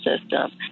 system